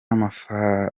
amatafari